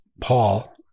Paul